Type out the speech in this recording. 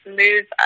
move